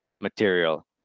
material